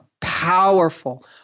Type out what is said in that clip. powerful